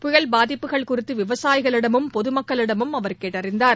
புயல் பாதிப்புகள் குறித்து விவசாயிகளிடமும் பொது மக்களிடமும் அவர் கேட்டறிந்தார்